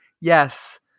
yes